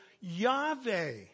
Yahweh